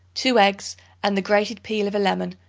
two eggs and the grated peel of a lemon,